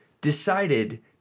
decided